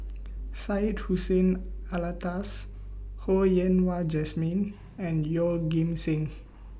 Syed Hussein Alatas Ho Yen Wah Jesmine and Yeoh Ghim Seng